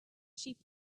sheep